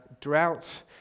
drought